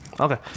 Okay